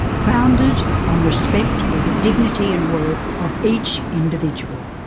founded on respect for the dignity and worth of each individual.